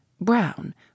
brown